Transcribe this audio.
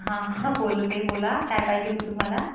हां हां बोलते बोला काय पाहिजे होतं तुम्हाला